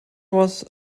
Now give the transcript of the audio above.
was